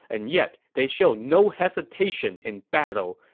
and yet they show no hesitation in battle.